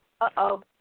Uh-oh